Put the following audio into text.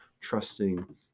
trusting